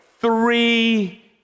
three